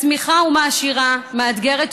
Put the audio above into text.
מצמיחה ומעשירה, מאתגרת ומלמדת.